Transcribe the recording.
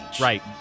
Right